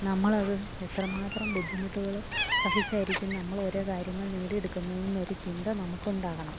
നമ്മളത് എത്രമാത്രം ബുദ്ധിമുട്ടുകള് സഹിച്ചായിരിക്കും നമ്മളോരോ കാര്യങ്ങള് നേടിയെടുക്കുന്നതെന്നൊര് ചിന്ത നമുക്കുണ്ടാകണം